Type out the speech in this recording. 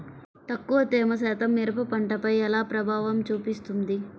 తక్కువ తేమ శాతం మిరప పంటపై ఎలా ప్రభావం చూపిస్తుంది?